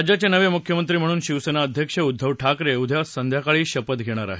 राज्याचे नवे मुख्यमंत्री म्हणून शिवसेना अध्यक्ष उद्धव ठाकरे उद्या संध्याकाळी शपथ घेणार आहेत